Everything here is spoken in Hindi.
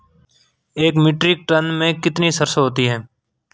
एक मीट्रिक टन में कितनी सरसों होती है?